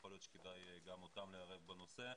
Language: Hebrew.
יכול להיות שכדאי גם אותם לערב בנושא,